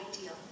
ideal